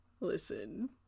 Listen